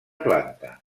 planta